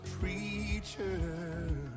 preacher